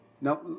Now